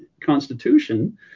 constitution